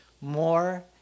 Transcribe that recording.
more